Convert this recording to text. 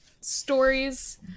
stories